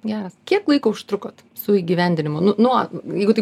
geras kiek laiko užtrukot su įgyvendinimu nu nuo jeigu taip